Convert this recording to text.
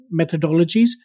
methodologies